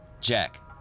Jack